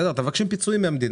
אתם מבקשים פיצויים מהמדינה.